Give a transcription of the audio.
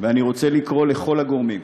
ואני רוצה לקרוא לכל הגורמים,